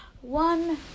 one